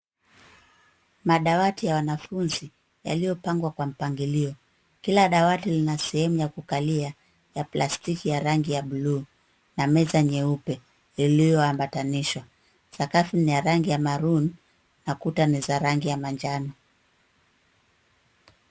Madawati ya wanafunzi yaliyopangwa kwa mpangilio, kila dawati lina sehemu ya kukalia ya plastiki ya rangi ya bluu na meza nyeupe iliyoambatanishwa. Sakafu ni ya rangi ya maroon na kuta ni za rangi ya manjano.